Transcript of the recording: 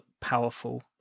powerful